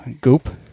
Goop